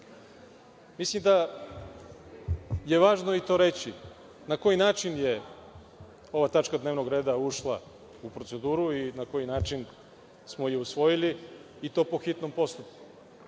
godina. Mislim da je važno i to reći, na koji način je ova tačka dnevnog reda ušla u proceduru i na koji način smo je usvojili, i to po hitnom postupku.